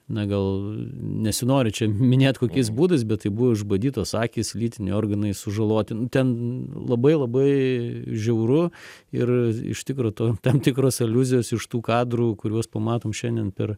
na gal nesinori čia minėt kokiais būdais bet tai buvo išbadytos akys lytiniai organai sužaloti ten labai labai žiauru ir iš tikro to tam tikros aliuzijos iš tų kadrų kuriuos pamatom šiandien per